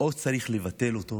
צריך או לבטל אותו